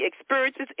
experiences